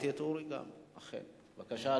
בבקשה,